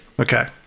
okay